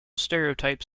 stereotypes